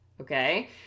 Okay